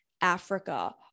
Africa